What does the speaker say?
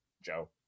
Joe